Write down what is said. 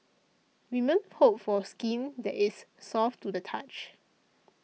women hope for skin that is soft to the touch